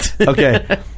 Okay